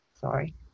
sorry